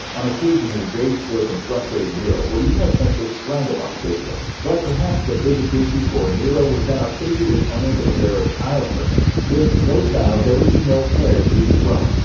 on occasion, a rage filled and frustrated nero would even attempt to strangle octavia. but perhaps the biggest issue for nero was that octavia was unable to bear a child for him. with no child, there would be no heir to his throne.